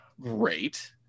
great